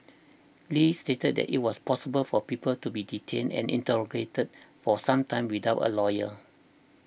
Li stated that it was possible for people to be detained and interrogated for some time without a lawyer